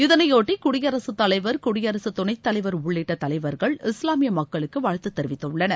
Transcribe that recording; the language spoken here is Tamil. இதனையொட்டி குயடிரகத்தலைவா் குடியரகத் துணைத்தலைவா் உள்ளிட்ட தலைவா்கள் இஸ்லாமிய மக்களுக்கு வாழ்த்து தெரிவித்துள்ளனர்